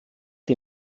die